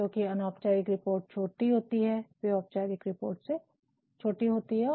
क्योकि अनौपचारिक रिपोर्ट छोटी होती हैं वे औपचारिक रिपोर्ट से छोटी होती हैं